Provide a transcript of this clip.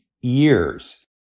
years